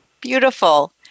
Beautiful